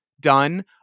done